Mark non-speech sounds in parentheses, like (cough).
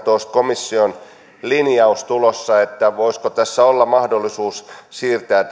komission linjaus tulossa voisiko tässä olla mahdollisuus siirtää (unintelligible)